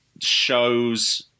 shows